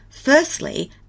firstly